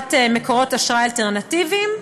ליצירת מקורות אשראי אלטרנטיביים.